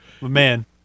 man